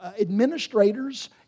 administrators